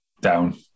down